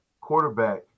quarterback